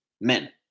men